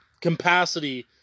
capacity